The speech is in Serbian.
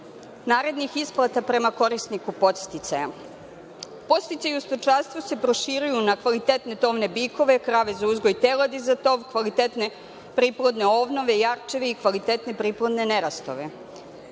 narednih isplata prema korisniku podsticaja. Podsticaj u stočarstvu se proširuju na kvalitetne tovne bikove, krave za uzgoj teladi za tov, kvalitetne priplodne ovnove, jarčeve i kvalitetne priplodne nerastove. Predlogom